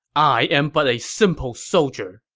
i am but a simple soldier.